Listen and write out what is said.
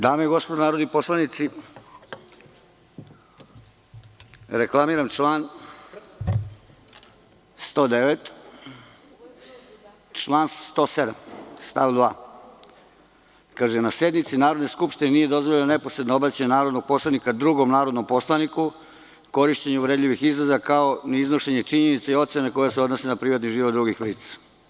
Dame i gospodo narodni poslanici, reklamiram čl. 109. i 107. stav 2. „Na sednici Narodne skupštine nije dozvoljeno neposredno obraćanje narodnog poslanika drugom narodnom poslaniku, korišćenje uvredljivih izraza, kao ni iznošenje činjenica i ocena koje se odnose na privatni život drugih lica“